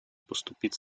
поступить